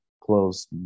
close